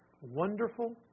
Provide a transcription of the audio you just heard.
wonderful